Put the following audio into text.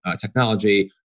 technology